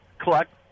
collect—